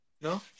No